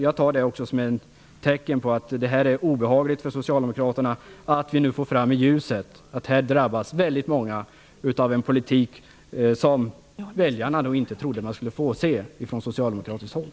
Jag tar det som ett tecken på att det är obehagligt för socialdemokraterna att det nu kommer fram i ljuset att väldigt många drabbas av en politik som många av väljarna inte trodde att de skulle få se från socialdemokratiskt håll.